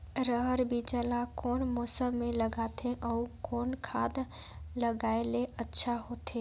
रहर बीजा ला कौन मौसम मे लगाथे अउ कौन खाद लगायेले अच्छा होथे?